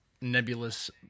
nebulous